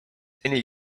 seni